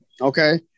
okay